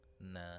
Nah